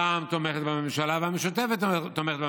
רע"מ תומכת בממשלה והמשותפת תומכת בממשלה.